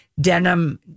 denim